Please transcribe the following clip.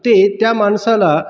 ते त्या माणसाला